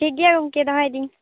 ᱴᱷᱤᱠ ᱜᱮᱭᱟ ᱜᱚᱝᱠᱮ ᱫᱚᱦᱚᱭᱮᱫᱟᱹᱧ